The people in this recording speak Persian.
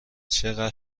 چقدر